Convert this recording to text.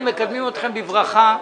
אגף התנועה באגד אנחנו מקדמים אתכם בברכה.